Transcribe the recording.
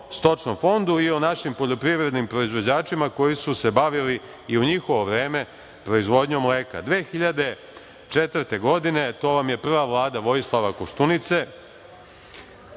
o stočnom fondu i o našim poljoprivrednim proizvođačima koji su se bavili i u njihovo vreme proizvodnjom mleka. Dakle, 2004. godine, to vam je prva Vlada Vojislava Koštunice,